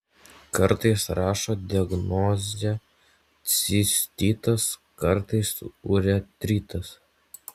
kartais rašo diagnozę cistitas kartais uretritas